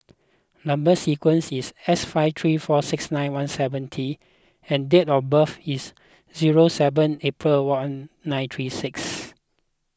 Number Sequence is S five three four six nine one seven T and date of birth is zero seven April one nine three six